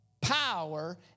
power